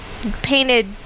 Painted